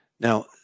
Now